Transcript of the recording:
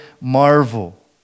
marvel